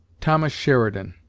thomas sheridan,